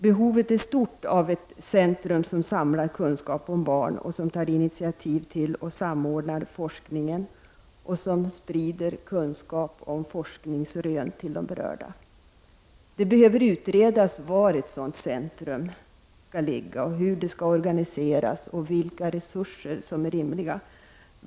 Behovet är stort av ett centrum som samlar kunskap om barn, som tar initiativ till och samordnar forskningen och som sprider kunskap om forskningsrön till de berörda. Det behöver utredas var ett sådant centrum skall ligga, hur det skall organiseras och vilka resurser som är rimliga.